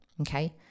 okay